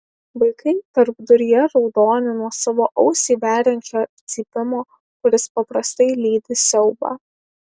vaikai tarpduryje raudoni nuo savo ausį veriančio cypimo kuris paprastai lydi siaubą